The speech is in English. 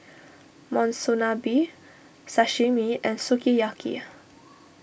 Monsunabe Sashimi and Sukiyaki